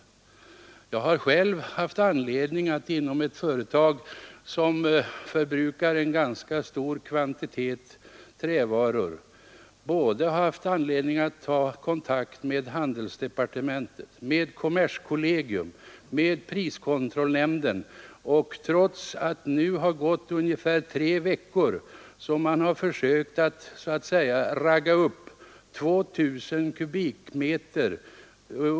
Jag har själv inom ett företag som förbrukar en ganska stor kvantitet trävaror haft anledning att ta kontakt med handelsdepartementet, kommerskollegium och priskontrollnämnden. Trots att man nu i tre veckor på detta sätt försökt ”ragga upp” 2 000 m?